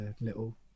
little